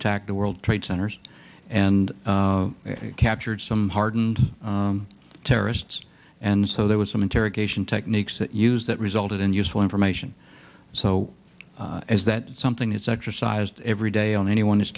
attacked the world trade centers and captured some hardened terrorists and so there was some interrogation techniques that use that resulted in useful information so as that something is exercised every day on anyone is